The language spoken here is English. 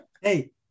Hey